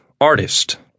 Artist